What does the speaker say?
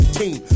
team